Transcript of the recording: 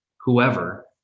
whoever